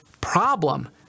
problem